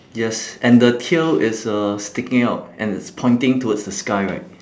yes and the tail is uh sticking out and it's pointing towards the sky right